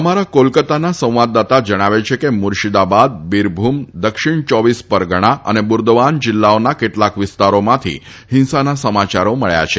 અમારા કોલકાતાના સંવાદદાતા જણાવે છે કે મુર્શીદાબાદ બિરભુમ દક્ષિણ ચોવીસ પરગણા અને બુર્દવાન જિલ્લાઓના કેટલાક વિસ્તારોમાંથી હિંસાના સમાચારો મબ્યા છે